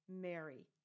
Mary